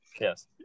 yes